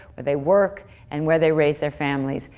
where they work and where they raise their families,